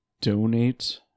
donate